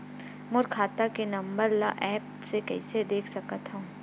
मोर खाता के नंबर ल एप्प से कइसे देख सकत हव?